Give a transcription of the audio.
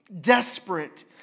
desperate